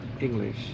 English